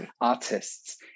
artists